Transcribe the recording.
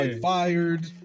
Fired